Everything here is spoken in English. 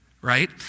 Right